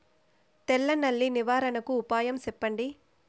తెల్ల నల్లి నివారణకు ఉపాయం చెప్పండి?